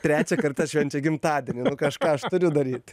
trečią kartą švenčia gimtadienį kažką aš turiu daryt